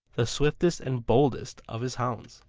the swiftest and boldest of his hounds.